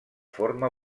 forma